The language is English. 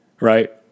Right